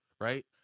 right